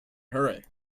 hurry